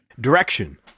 Direction